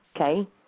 okay